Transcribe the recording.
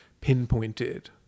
pinpointed